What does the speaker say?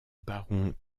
baron